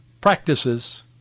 practices